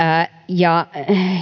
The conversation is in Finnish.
ja